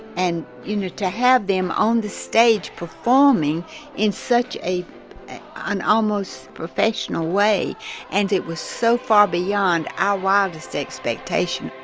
and, you know, to have them on the stage performing in such an almost professional way and it was so far beyond our wildest expectations.